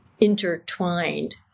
intertwined